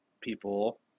people